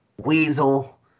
weasel